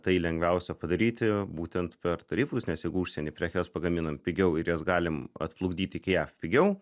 tai lengviausia padaryti būtent per tarifus nes jeigu užsieny prekes pagaminam pigiau ir jas galim atplukdyt iki jav pigiau